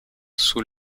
sous